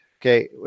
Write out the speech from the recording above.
okay